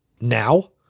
now